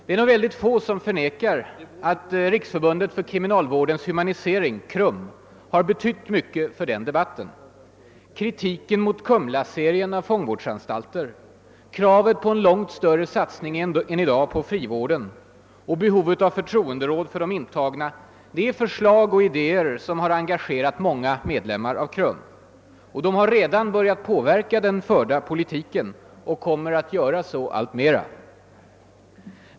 Det är nog få som förnekar att Riks förbundet för kriminalvårdens humanisering, KRUM, har betytt mycket för den debatten. Kritiken mot Kumlaserien av fångvårdsanstalter, kravet på en långt större satsning än i dag på frivården och behovet av förtroenderåd för de intagna är förslag och idéer som har engagerat många medlemmar av KRUM. De har redan börjat påverka politiken och kommer att göra så alltmer.